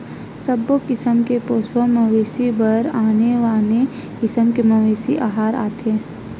सबो किसम के पोसवा मवेशी बर आने आने किसम के मवेशी अहार आथे